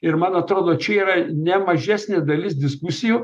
ir man atrodo čia yra ne mažesnė dalis diskusijų